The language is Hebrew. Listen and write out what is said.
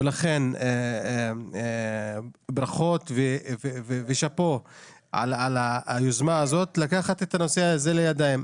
לכן ברכות ושאפו על היוזמה הזאת לקחת את הנושא הזה לידיים.